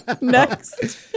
next